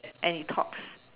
and it talks